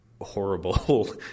horrible